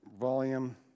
volume